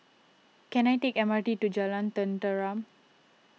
can I take M R T to Jalan Tenteram